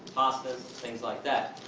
pastas. things like that.